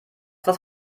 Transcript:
was